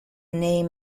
name